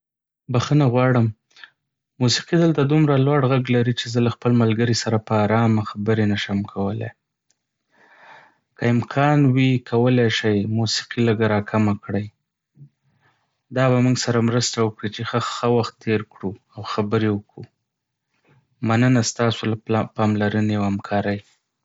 بښنه غواړم، موسیقي دلته دومره لوړ غږ لري چې زه له خپل ملګري سره په آرامه خبرې نشم کولی. که امکان وي، کولی شئ موسیقي لږه راکمه کړئ؟ دا به موږ سره مرسته وکړي چې ښه وخت تیر کړو او خبرې وکړو. مننه ستاسو له پاملرنې او همکارۍ.